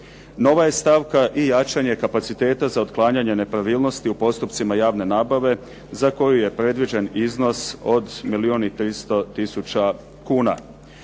Nova je stavka i jačanje kapaciteta za otklanjanje nepravilnosti u postupcima javne nabave za koju je predviđen iznos od milijun i 300000 kuna.